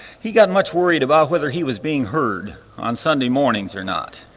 he got much worried about whether he was being heard on sunday mornings or not.